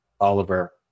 Oliver